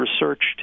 researched